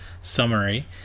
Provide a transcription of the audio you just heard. summary